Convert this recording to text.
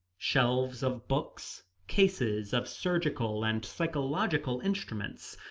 shelves of books, cases of surgical and psychological instruments,